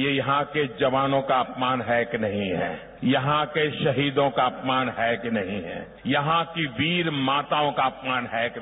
ये यहां के जवानों का अपमान है के नहीं है यहां के शहीदों का अपमान है के नहीं है यहां की वीर माताओं का अपमान है के नहीं